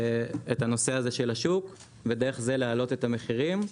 הנושא הזה של השוק ודרך זה להעלות את המחירים.